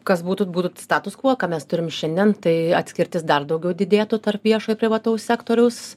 kas būtų būtų status kvuo ką mes turim šiandien tai atskirtis dar daugiau didėtų tarp viešojo privataus sektoriaus